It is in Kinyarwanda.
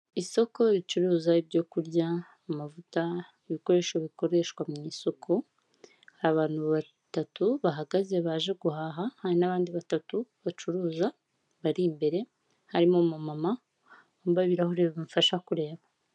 Isoko ricuruza ibyo kurya amavuta, ibikoresho bikoreshwa mu isuku, abantu batatu bahagaze baje guhaha, hari n'abandi batatu bacuruza bari imbere, harimo wambaye ibirahure bimufasha kureba.